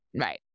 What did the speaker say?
Right